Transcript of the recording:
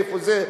איפה זה,